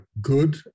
good